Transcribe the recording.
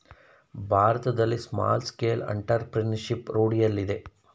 ಭಾರತದಲ್ಲಿ small scale entrepreneurship ರೂಢಿಯಲ್ಲಿದೆ